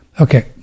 Okay